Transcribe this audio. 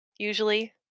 usually